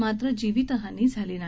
मात्र जीवित हानी झाली नाही